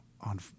on